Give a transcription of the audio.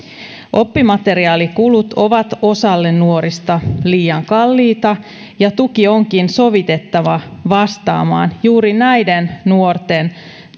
oppimateriaalikulut ovat osalle nuorista liian kalliita ja tuki onkin sovitettava vastaamaan juuri näiden nuorten